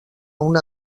una